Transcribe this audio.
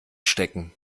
stecken